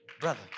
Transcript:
Brother